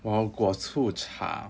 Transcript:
我要果醋茶